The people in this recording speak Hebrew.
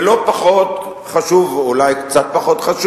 ולא פחות חשוב או אולי קצת פחות,